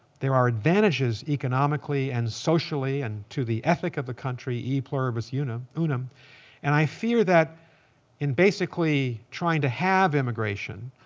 there are advantages economically and socially and to the ethic of the country, e pluribus unum. and i fear that in basically trying to have immigration,